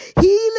Healing